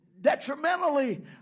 detrimentally